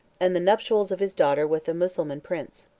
and the nuptials of his daughter with a mussulman prince.